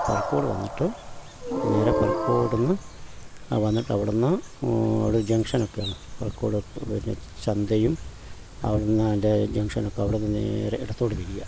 പറക്കോട് വന്നിട്ട് നേരെ പറക്കോട് നിന്ന് വന്നിട്ട് അവിടുന്ന് അവിടെ ഒരു ജങ്ങ്ഷനൊക്കെയാണ് പറക്കോട് പിന്നെ ചന്തയും അവിടുന്ന് എൻ്റെ ജങ്ങ്ഷനോക്കെ അവിടുന്ന് നേരെ ഇടത്തോട്ട് തിരിയുക